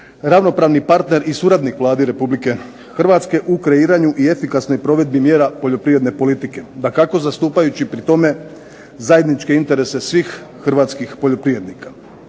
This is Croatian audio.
ravnopravni partner i suradnik Vladi Republike Hrvatske u kreiranju i efikasnoj provedbi mjera poljoprivredne politike. Dakako zastupajući pri tome zajedničke interese svih hrvatskih poljoprivrednika.